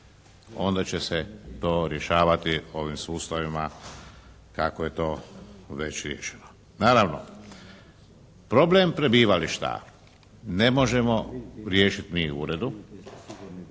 Onda će se to rješavati ovim sustavima kako je to već riješeno. Naravno, problem prebivališta ne možemo riješiti mi u uredu.